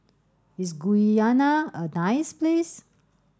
is Guyana a nice place